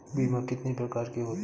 बीमा कितनी प्रकार के होते हैं?